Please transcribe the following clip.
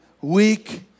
weak